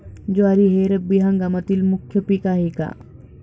ज्वारी हे रब्बी हंगामातील मुख्य पीक आहे का?